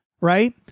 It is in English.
right